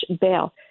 bail